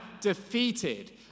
defeated